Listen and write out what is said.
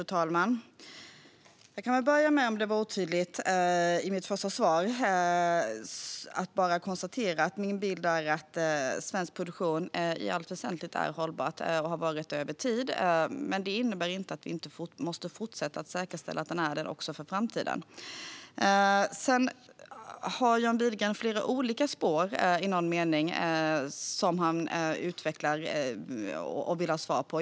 Fru talman! Jag kan börja med att konstatera - om det nu var otydligt i mitt första svar - att min bild är att svensk produktion i allt väsentligt är hållbar och har varit det över tid. Men det innebär inte att vi inte måste fortsätta att säkerställa att den är det också för framtiden. Sedan har John Widegren i någon mening flera olika spår som han utvecklar och vill ha svar på.